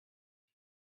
ich